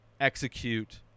execute